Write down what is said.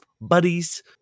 buddies